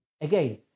again